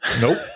Nope